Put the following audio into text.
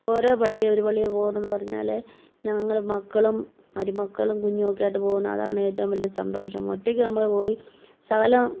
ഓരോ പള്ളി ഒരു പള്ളി പോകുന്നുയെന്നു പറഞ്ഞാൽ ഞങ്ങളെ മക്കളും മരുമക്കളും കുഞ്ഞുമൊക്കെയായിട്ട് പോകുന്ന അതാണ് ഏറ്റവും വലിയ സന്തോഷം ഒറ്റയ്ക്ക് നമ്മൾ പോയി ശകലം